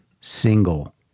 single